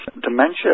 dementia